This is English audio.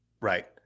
Right